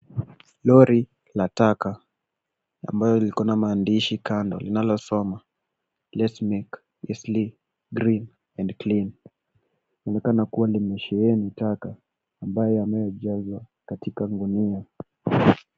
Lori la taka ambalo liko na maandishi kando linalosoma 'lesmik isili green and clean'Linaonekana kuwa limesheheni taka ambayo yamejazwa katika gunia.